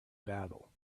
battle